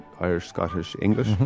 Irish-Scottish-English